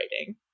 writing